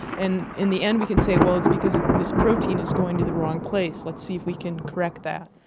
and in the end we can say, well, it's because this protein is going to the wrong place, let's see if we can correct that.